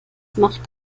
macht